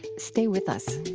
stay with us